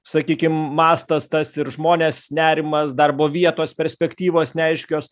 sakykim mastas tas ir žmonės nerimas darbo vietos perspektyvos neaiškios